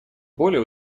более